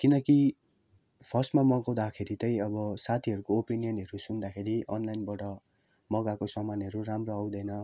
किनकि फर्स्टमा मगाउँदाखेरि तै अब साथीहरूको ओपिनीयनहरू सुन्दाखेरि अनलाइनबाट मगाएको सामानहरू राम्रो आउँदैन